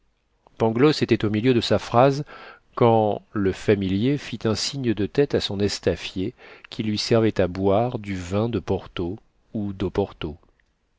pangloss était au milieu de sa phrase quand le familier fit un signe de tête à son estafier qui lui servait à boire du vin de porto ou d'oporto